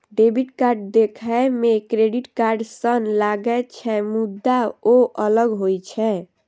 debit card देखै मे credit card सन लागै छै, मुदा ओ अलग होइ छै